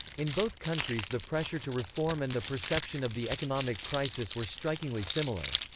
in both countries the pressure to reform and the perception of the economic crisis were strikingly similar.